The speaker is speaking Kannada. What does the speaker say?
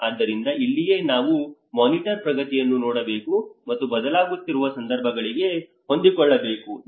ಆದ್ದರಿಂದ ಇಲ್ಲಿಯೇ ನಾವು ಮಾನಿಟರ್ ಪ್ರಗತಿಯನ್ನು ನೋಡಬೇಕು ಮತ್ತು ಬದಲಾಗುತ್ತಿರುವ ಸಂದರ್ಭಗಳಿಗೆ ಹೊಂದಿಕೊಳ್ಳಬೇಕು